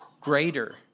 greater